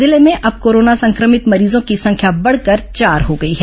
जिले में अब कोरोना संक्रमित मरीजों की संख्या बढ़कर चार हो गई है